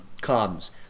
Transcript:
comes